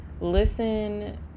listen